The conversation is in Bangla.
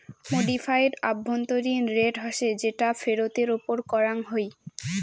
মডিফাইড আভ্যন্তরীণ রেট হসে যেটা ফেরতের ওপর করাঙ হই